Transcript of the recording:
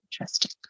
Interesting